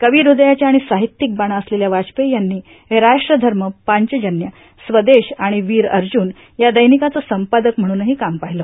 कवी हृदयाच्या आणि साहित्यिक बाणा असलेल्या वाजपेयी यांनी राष्ट्रधर्म पांचजन्य स्वदेश आणि वीर अर्ज्ञन या दैनिकांचं संपादक म्हणूनही काम पाहिलं